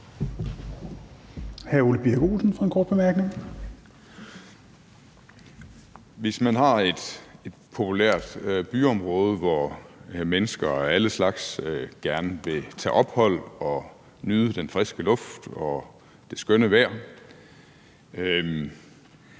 Hvis man har et populært byområde, hvor mennesker af alle slags gerne vil tage ophold og nyde den friske luft og det skønne vejr,